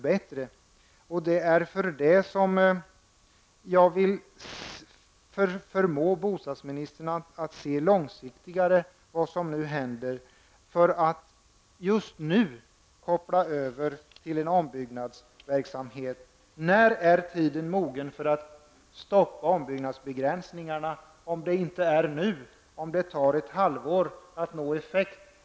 Det är av den anledningen jag vill förmå bostadsministern att se långsiktigt på vad som händer, för att just nu koppla över till en ombyggnadsverksamhet. När är tiden mogen för att stoppa ombyggnadsbegränsningarna om det inte är nu? Då det tar ett halvår att få effekt.